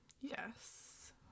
Yes